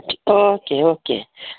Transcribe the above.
okay okay